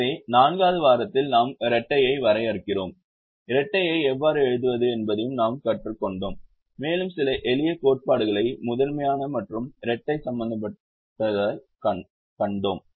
எனவே நான்காவது வாரத்தில் நாம் இரட்டையை வரையறுக்கிறோம் இரட்டையை எவ்வாறு எழுதுவது என்பதையும் நாம் கற்றுக்கொண்டோம் மேலும் சில எளிய கோட்பாடுகளை முதன்மையான மற்றும் இரட்டை சம்பந்தப்பட்டதாகக் கண்டோம்